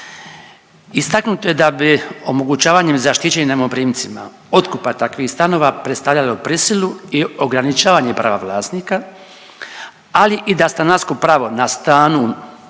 Istaknuto je da bi omogućavanjem zaštićenim najmoprimcima otkupa takvih stanova predstavljalo prisilu i ograničavanja prava vlasnika, ali da i stanarsko pravo na stanu